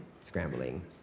scrambling